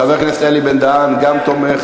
גם חבר הכנסת אלי בן-דהן תומך.